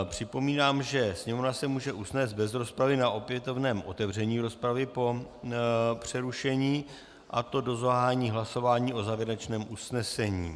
Připomínám, že Sněmovna se může usnést bez rozpravy na opětovném otevření rozpravy po přerušení, a to do zahájení hlasování o závěrečném usnesení.